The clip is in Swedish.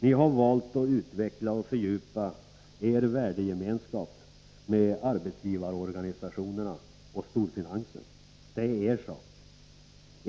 Ni har valt att utveckla och fördjupa er värdegemenskap med arbetsgivarorganisationerna och storfinansen. Det är er sak.